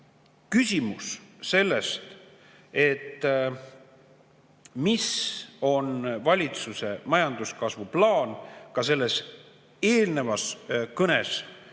Küsimus on selles, mis on valitsuse majanduskasvu plaan. Ka selles eelnevas kõnes